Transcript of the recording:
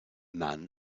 man